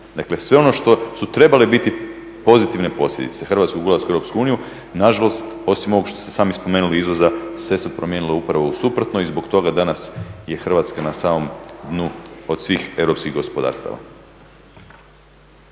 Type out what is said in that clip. Dakle sve ono što su trebale biti pozitivne posljedice Hrvatskog ulaska u Europsku uniju nažalost, osim ovog što ste sami spomenuli izvoza sve se promijenilo upravo u suprotno i zbog toga danas je Hrvatska na samom dnu od svih europskih gospodarstava.